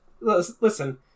listen